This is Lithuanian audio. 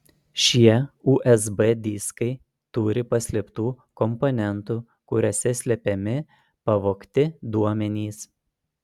šie usb diskai turi paslėptų komponentų kuriuose slepiami pavogti duomenys